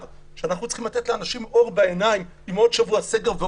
של לתת לאנשים אור בעיניים בין הסגרים,